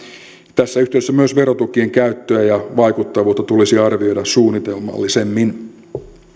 tässä yhteydessä myös verotukien käyttöä ja vaikuttavuutta tulisi arvioida suunnitelmallisemmin